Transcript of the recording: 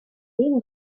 din